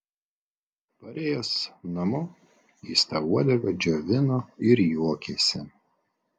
parėjęs namo jis tą uodegą džiovino ir juokėsi